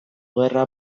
gerra